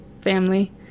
family